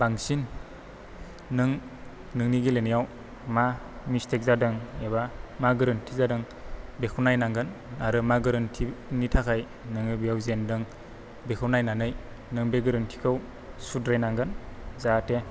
बांसिन नों नोंनि गेलेनायाव मा मिस्टेक जादों एबा मा गोरोन्थि जादों बेखौ नायनांगोन आरो मा गोरोन्थिनि थाखाय नोङो बेयाव जेनदों बेखौ नायनानै नों बे गोरोन्थिखौ सुद्रायनांगोन जाहाथे